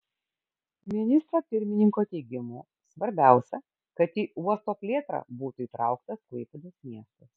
ministro pirmininko teigimu svarbiausia kad į uosto plėtrą būtų įtrauktas klaipėdos miestas